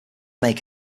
make